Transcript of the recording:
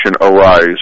arise